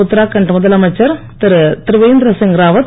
உத்தராகண்ட் முதலமைச்சர் திருவேந்திரசிங் ராவத்